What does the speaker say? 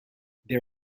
there